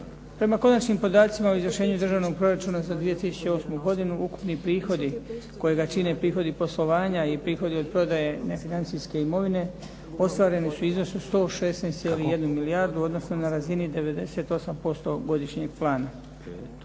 Prema konačnim podacima o izvršenju Državnog proračuna za 2008. godinu ukupni prihodi kojega čine prihodi poslovanja i prihodi od prodaje nefinancijske imovine ostvareni su u iznosu od 116,1 milijardu odnosno na razini 98% godišnjeg plana.